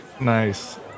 Nice